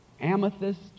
amethyst